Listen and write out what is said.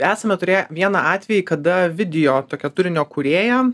esame turėję vieną atvejį kada video tokio turinio kūrėja